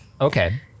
okay